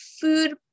food